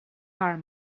are